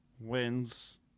wins